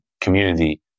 community